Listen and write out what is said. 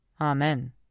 Amen